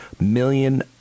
million